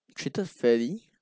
treated fairly